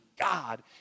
God